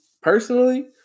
personally